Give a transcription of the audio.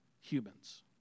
humans